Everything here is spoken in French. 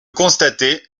constatez